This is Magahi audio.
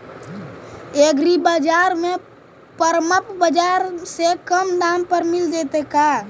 एग्रीबाजार में परमप बाजार से कम दाम पर मिल जैतै का?